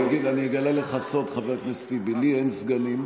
אני אגלה לך סוד, חבר הכנסת טיבי: לי אין סגנים,